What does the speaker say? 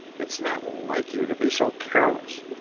it's not like you to be so careless.